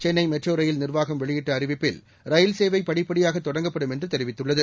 Chennai metro rail நிர்வாகம் வெளியிட்ட அறிவிப்பில் ரயில் சேவை படிப்படியாக தொடங்கப்படும் என்று தெரிவித்துளளது